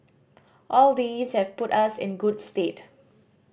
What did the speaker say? all these have put us in good stead